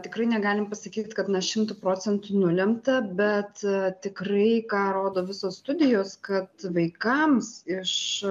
tikrai negalim pasakyti kad na šimtu procentų nulemta bet tikrai ką rodo visos studijos kad vaikams iš